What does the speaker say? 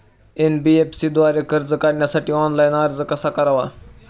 NBFC द्वारे कर्ज काढण्यासाठी ऑनलाइन अर्ज कसा करावा?